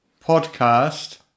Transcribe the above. Podcast